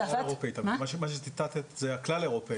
מה שציטטת זה הכלל אירופאית.